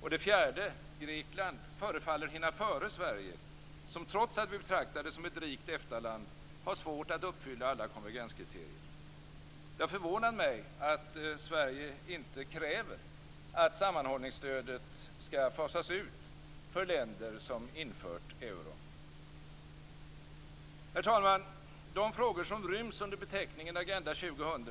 Och det fjärde - Grekland - förefaller hinna före Sverige, som trots att vi betraktades som ett rikt EFTA-land har svårt att uppfylla alla konvergenskriterier. Det har förvånat mig att Sverige inte kräver att sammanhållningsstödet skall fasas ut för länder som infört euron. Herr talman! De frågor som ryms under beteckningen Agenda 2000